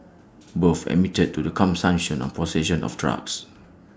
both admitted to the consumption of possession of drugs